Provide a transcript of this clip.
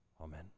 Amen